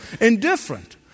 indifferent